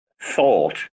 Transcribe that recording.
thought